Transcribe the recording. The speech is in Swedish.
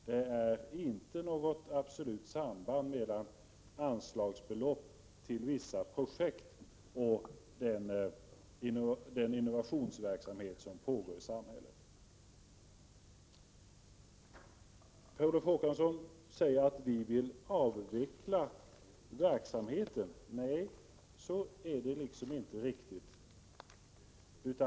Det finns inte något absolut samband mellan de belopp som anslås till vissa projekt och den innovationsverksamhet som pågår i samhället. Per Olof Håkansson säger att vi vill avveckla verksamheten som sådan. Nej, det är inte riktigt så.